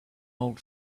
old